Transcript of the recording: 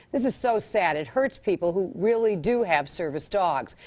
this is so sad. it hurts people who really do have service dogs.